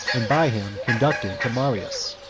and by him conducted to marius.